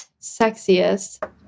Sexiest